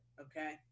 okay